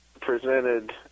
presented